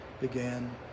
began